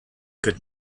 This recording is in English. could